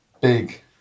big